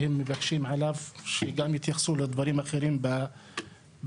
שהם מבקשים עליו שגם יתייחסו לדברים אחרים בהמשך,